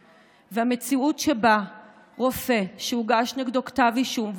והמציאות שבה רופא שהוגש נגדו כתב אישום,